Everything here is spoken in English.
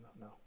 No